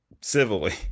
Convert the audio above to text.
civilly